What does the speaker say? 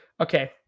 okay